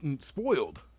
spoiled